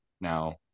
now